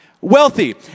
wealthy